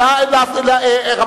חבר הכנסת טלב אלסאנע,